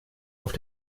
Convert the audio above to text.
auf